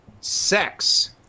sex